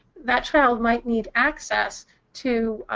that child might need access to